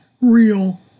real